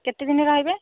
କେତେଦିନ ରହିବେ